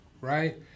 right